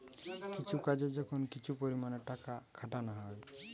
কিছু কাজে যখন কিছু পরিমাণে টাকা খাটানা হয়